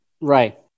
Right